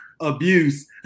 abuse